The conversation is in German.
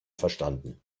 verstanden